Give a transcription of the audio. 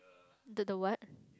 the the what